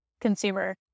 consumer